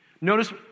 Notice